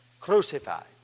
crucified